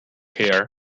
here